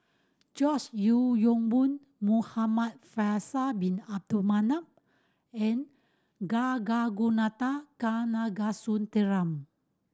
George Yeo Yong Boon Muhamad Faisal Bin Abdul Manap and Kanagasuntheram